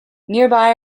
nearby